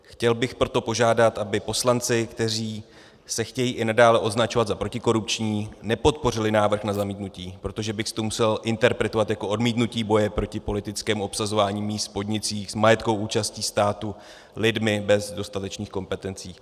Chtěl bych proto požádat, aby poslanci, kteří se chtějí i nadále označovat za protikorupční, nepodpořili návrh na zamítnutí, protože bych si to musel interpretovat jako odmítnutí boje proti politickému obsazování míst v podnicích s majetkovou účastí státu lidmi bez dostatečných kompetencí.